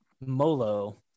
molo